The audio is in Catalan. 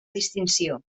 distinció